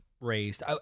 raised